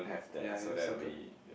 ya then you circle